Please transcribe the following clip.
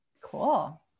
Cool